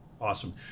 Awesome